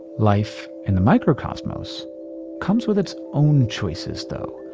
life in the microcosmos comes with its own choices though.